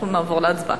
נעבור להצבעה.